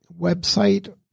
website